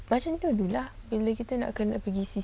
why didn't you do lah bila kita nak kena pergi